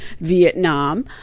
vietnam